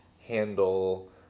handle